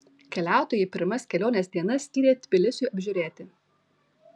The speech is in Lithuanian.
keliautojai pirmas kelionės dienas skyrė tbilisiui apžiūrėti